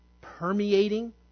permeating